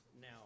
now